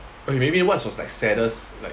or maybe what is your sadness like